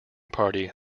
party